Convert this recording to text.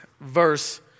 verse